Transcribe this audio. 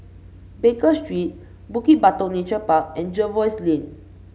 Baker Street Bukit Batok Nature Park and Jervois Lane